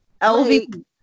LVP